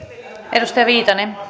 arvoisa